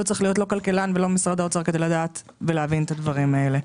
לא צריך להיות לא כלכלן ולא משרד האוצר כדי לדעת ולהבין את הדברים האלה.